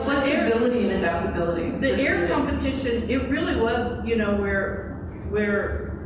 flexibility and adaptability. the air competition, it really was, you know, where where